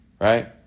right